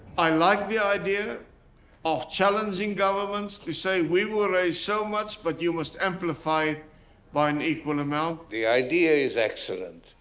i like the idea of challenging government's say we will raise so much but you must amplify by an equal amount. the idea is excellent.